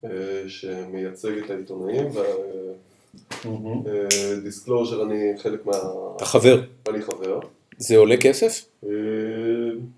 שמייצג את העיתונאים ודיסקלוז'ר שאני חלק מהה... אתה חבר. אני חבר. זה עולה כסף?